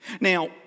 Now